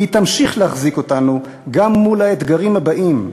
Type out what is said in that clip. והיא תמשיך להחזיק אותנו גם מול האתגרים הבאים.